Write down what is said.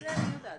כן,